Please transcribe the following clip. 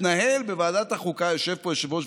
התנהל בוועדת החוקה,